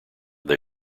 they